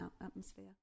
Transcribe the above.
atmosphere